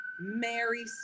Mary